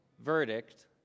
verdict